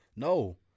No